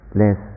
less